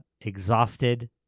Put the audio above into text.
exhausted